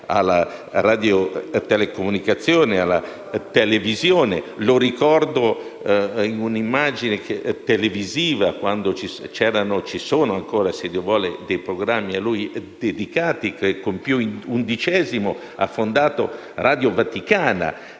alle radiotelecomunicazioni e alla televisione. Lo ricordo in un'immagine televisiva - ci sono ancora, se Dio vuole, dei programmi a lui dedicati - quando con Pio XI ha fondato «Radio Vaticana»: